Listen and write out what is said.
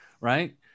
right